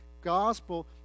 gospel